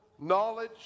knowledge